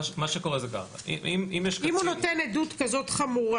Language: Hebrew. מה שקורה זה ככה אם יש קצין --- אם הוא נותן עדות כזו חמורה.